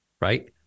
right